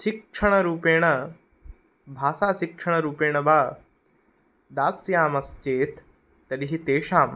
शिक्षणरूपेण भाषाशिक्षणरूपेण वा दास्यामः चेत् तर्हि तेषां